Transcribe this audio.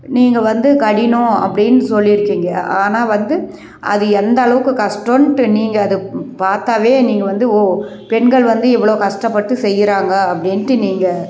நீங்கள் வந்து கடினம் அப்படின்னு சொல்லியிருக்கிங்க ஆனால் வந்து அது எந்தளவுக்கு கஷ்டன்ட்டு நீங்கள் அது பார்த்தாவே நீங்கள் வந்து ஓ பெண்கள் வந்து இவ்வளோ கஷ்டப்பட்டு செய்கிறாங்க அப்படின்ட்டு நீங்கள்